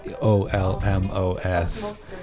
o-l-m-o-s